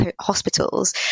hospitals